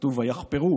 וכתוב "ויחפרו